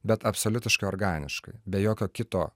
bet absoliutiškai organiškai be jokio kito